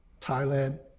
Thailand